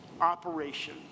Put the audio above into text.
operation